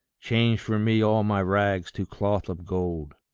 change for me all my rags to cloth of gold.